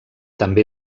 també